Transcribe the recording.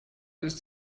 ist